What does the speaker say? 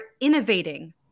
innovating